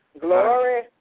glory